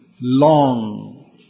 long